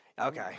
Okay